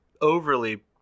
overly